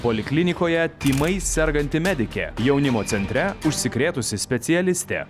poliklinikoje tymais serganti medikė jaunimo centre užsikrėtusi specialistė